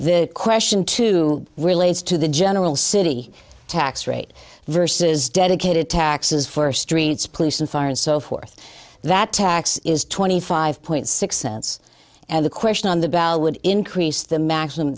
the question to relates to the general city tax rate versus dedicated taxes for streets police and fire and so forth that tax is twenty five point six cents and the question on the ballot would increase the maximum